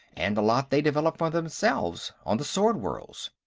and a lot they developed for themselves on the sword-worlds.